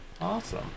awesome